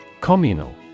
communal